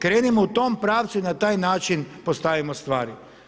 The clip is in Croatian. Krenimo u tom pravcu i na taj način postavimo stvari.